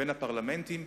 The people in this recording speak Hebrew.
בין הפרלמנטים,